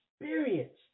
experienced